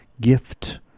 gift